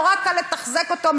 נורא קל לתחזק אותו,